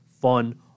fun